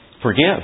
Forgive